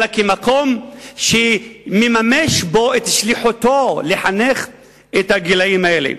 אלא כמקום שהוא מממש בו את שליחותו לחנך בגילים האלה.